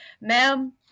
ma'am